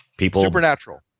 supernatural